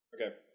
Okay